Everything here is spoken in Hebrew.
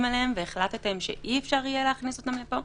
עליהן והחלטתם שאי אפשר יהיה להכניס אותן לפה?